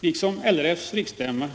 LRF har också på sin riksstämma i